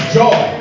joy